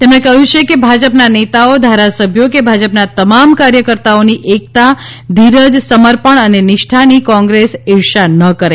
તેમણે કહ્યું છે કે ભાજપના નેતાઓ ધારાસભ્યો કે ભાજપના તમામ કાર્યકર્તાઓની એકતાધીરજ સમર્પણ અને નિષ્ઠાની કોંગ્રેસ ઈર્ષ્યા ન કરે